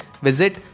visit